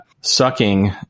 sucking